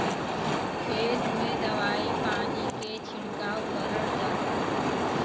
खेत में दवाई पानी के छिड़काव करल जाला